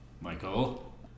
Michael